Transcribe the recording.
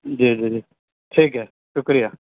جی جی ٹھیک ہے شکریہ